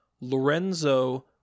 Lorenzo